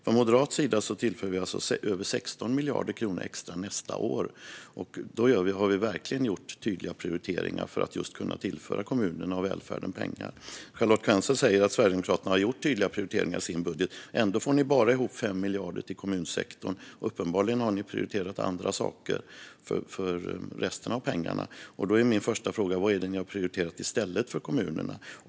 Från moderat sida tillför vi över 16 miljarder kronor extra nästa år. Då har vi verkligen gjort tydliga prioriteringar för att just kunna tillföra kommunerna och välfärden pengar. Charlotte Quensel säger att Sverigedemokraterna har gjort tydliga prioriteringar i sin budget. Ändå får ni bara ihop 5 miljarder till kommunsektorn. Uppenbarligen har ni prioriterat andra saker för resten av pengarna. Då är min fråga: Vad är det ni har prioriterat i stället för kommunerna?